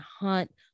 hunt